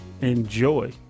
Enjoy